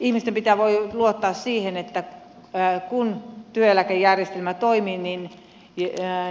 ihmisten pitää voida luottaa siihen että kun työeläkejärjestelmä toimii